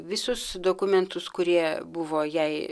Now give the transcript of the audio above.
visus dokumentus kurie buvo jai